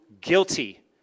guilty